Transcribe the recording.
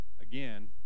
again